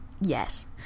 Yes